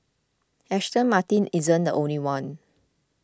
Aston Martin isn't the only one